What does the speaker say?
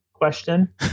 question